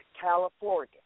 California